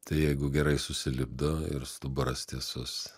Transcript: tai jeigu gerai susilipdo ir stuburas tiesus